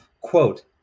quote